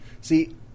See